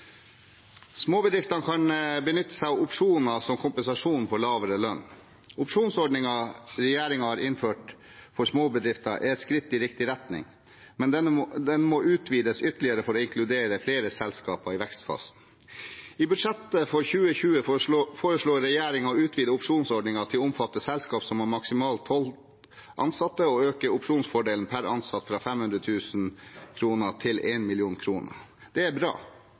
Småbedriftene kan benytte seg av opsjoner som kompensasjon for lavere lønn. Opsjonsordningen regjeringen har innført for småbedrifter, er et skritt i riktig retning, men den må utvides ytterligere for å inkludere flere selskaper i vekstfasen. I budsjettet for 2020 foreslår regjeringen å utvide opsjonsordningen til å omfatte selskap som har maksimalt tolv ansatte, og øke opsjonsfordelen per ansatt fra 500 000 kr til 1 mill. kr. Dette er bra.